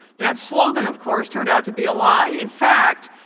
that slogan, of course, turned out to be a lie. in fact,